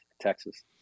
texas